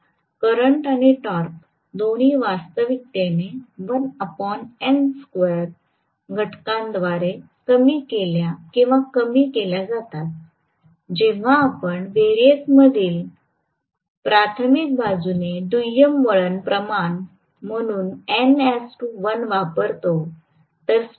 तर करंट आणि टॉर्क दोन्ही वास्तविकतेने घटकाद्वारे कमी केल्या किंवा कमी केल्या जातात जेव्हा आपण व्हेरिएक्समधील प्राथमिक बाजूचे दुय्यम वळण प्रमाण म्हणून एन १ वापरत असतो